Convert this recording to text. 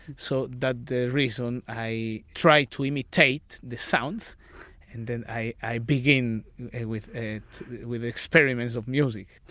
so that's the reason i try to imitate the sounds and then i i begin with and with experiments of music.